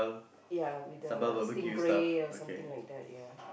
ya with the stingray or something like that ya